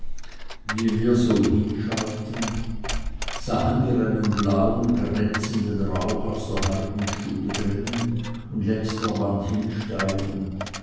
wie wir so hinschauten sahen wir einen blauen glänzenden rauch aus der heidenstube dringen und längs der wand hinsteigen